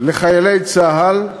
לחיילי צה"ל.